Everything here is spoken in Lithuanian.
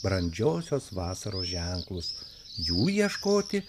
brandžiosios vasaros ženklus jų ieškoti